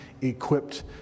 equipped